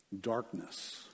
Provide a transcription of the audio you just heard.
darkness